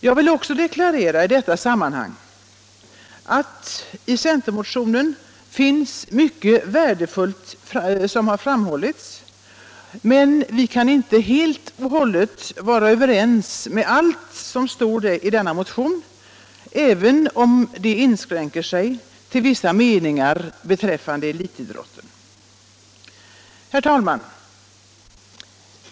Jag vill också i detta sammanhang deklarera att det, som tidigare har framhållits, i centermotionen finns mycket värdefullt. Men vi kan inte instämma i allt som står i denna motion, även om våra invändningar inskränker sig till att gälla vissa meningar beträffande elitidrotten. Herr talman!